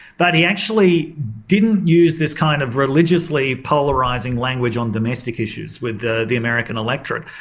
but he actually didn't use this kind of religiously polarising language on domestic issues with the the american electorate.